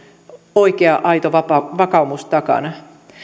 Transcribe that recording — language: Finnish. oikea aito vakaumus takana